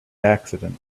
accident